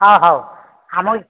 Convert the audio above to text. ହଁ ହଉ ଆମର